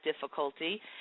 difficulty